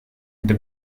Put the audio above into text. gdy